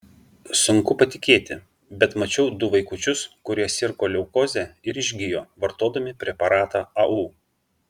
sunku patikėti bet mačiau du vaikučius kurie sirgo leukoze ir išgijo vartodami preparatą au